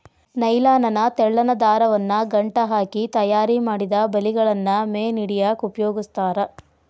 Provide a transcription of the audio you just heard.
nylon ನ ತೆಳ್ಳನ ದಾರವನ್ನ ಗಂಟ ಹಾಕಿ ತಯಾರಿಮಾಡಿದ ಬಲಿಗಳನ್ನ ಮೇನ್ ಹಿಡ್ಯಾಕ್ ಉಪಯೋಗಸ್ತಾರ